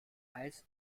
eis